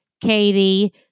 Katie